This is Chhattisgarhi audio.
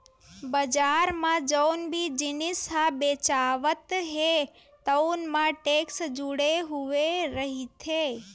बजार म जउन भी जिनिस ह बेचावत हे तउन म टेक्स जुड़े हुए रहिथे